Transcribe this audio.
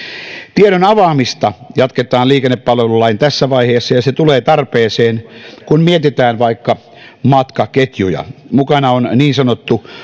tiedon avaamista jatketaan liikennepalvelulain tässä vaiheessa ja se tulee tarpeeseen kun mietitään vaikka matkaketjuja mukana on niin sanottu